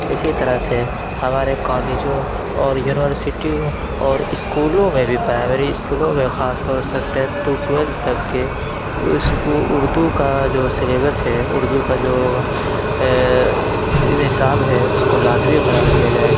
اِسی طرح سے ہمارے کالجوں اور یونیورسٹیوں اور اسکولوں میں بھی پرائمری اسکولوں میں خاص طور سے ٹین ٹو ٹویلو تک کے اسکو اُردو کا جو سلیبس ہے اُردو کا جو نصاب ہے اِس کو لازمی قرار دیا جائے